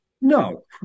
No